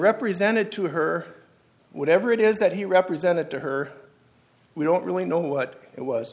represented to her whatever it is that he represented to her we don't really know what it was